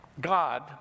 God